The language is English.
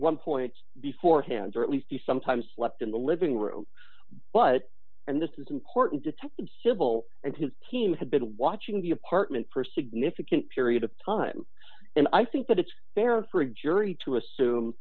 one point before hand or at least he sometimes slept in the living room but and this is important detectives civil and his team had been watching the apartment for significant period of time and i think that it's fair for a jury to assume